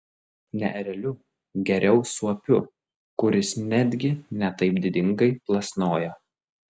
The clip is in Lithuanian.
ne ereliu geriau suopiu kuris netgi ne taip didingai plasnoja